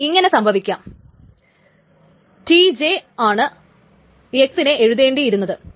ഇനി ഇങ്ങനെ സംഭവിക്കാം അതായത് Tj ആണ് x നെ എഴുതേണ്ടിയിരുന്നത്